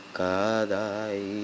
kadai